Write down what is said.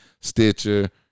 Stitcher